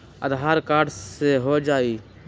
आधार card से हो जाइ?